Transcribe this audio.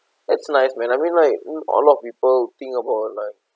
that's nice when I mean like a lot of people think about like